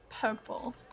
purple